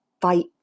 fight